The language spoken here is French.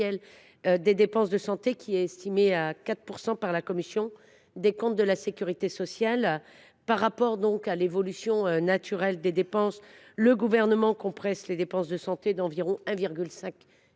des dépenses de santé, estimée à 4 % par la commission des comptes de la sécurité sociale. Par rapport à l’évolution « naturelle » des dépenses, le Gouvernement compresse les dépenses de santé à hauteur de 1,5